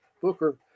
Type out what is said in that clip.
Booker